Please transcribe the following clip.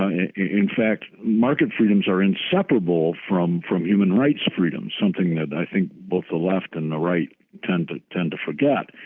in fact, market freedoms are inseparable from from human rights freedoms, something that i think both the left and the right tend to tend to forget.